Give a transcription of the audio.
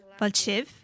Valchev